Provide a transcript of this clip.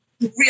real